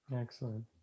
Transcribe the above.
excellent